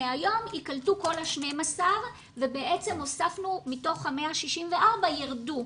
מהיום ייקלטו כל ה-12 ובעצם מתוך ה-164 יירדו.